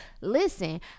Listen